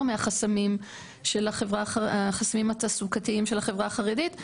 מהחסמים התעסוקתיים של החברה החרדית,